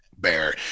Bear